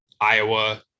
Iowa